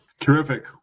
Terrific